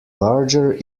larger